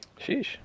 Sheesh